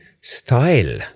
style